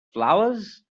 flowers